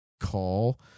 call